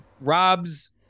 robs